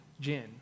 gin